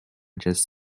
just